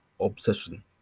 obsession